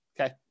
okay